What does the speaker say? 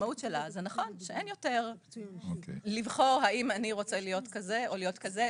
והמשמעות שלה היא שאין יותר לבחור האם אני רוצה להיות כזה או לאיות כזה.